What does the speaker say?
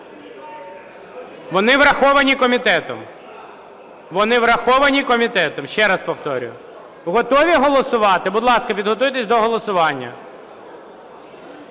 Вони враховані комітетом. Вони враховані комітетом, ще раз повторюю. Готові голосувати? Будь ласка, підготуйтесь до голосування.